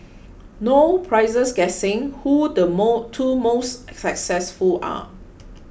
no prizes guessing who the more two most successful are